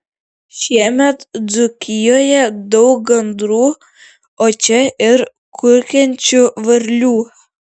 šiemet dzūkijoje daug gandrų o čia ir kurkiančių varlių